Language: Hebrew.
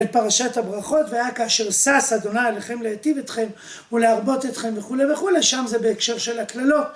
את פרשת הברכות, והיה כאשר שש, ה' אליכם להיטיב אתכם ולהרבות אתכם וכולי וכולי, שם זה בהקשר של הקללות.